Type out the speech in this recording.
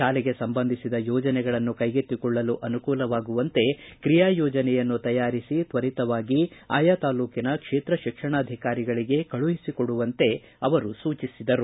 ತಾಲೆಗೆ ಸಂಬಂಧಿಸಿದ ಯೋಜನೆಗಳನ್ನು ಕೈಗೆತ್ತಿಕೊಳ್ಳಲು ಅನುಕೂಲವಾಗುವಂತೆ ಕ್ರಿಯಾಯೋಜನೆಯನ್ನು ತಯಾರಿಸಿ ತ್ವರಿತವಾಗಿ ಆಯಾ ತಾಲೂಕಿನ ಕ್ಷೇತ್ರ ಶಿಕ್ಷಣಾಧಿಕಾರಿಗಳಿಗೆ ಕಳುಹಿಸಿಕೊಡುವಂತೆ ಅವರು ಸೂಚಿಸಿದರು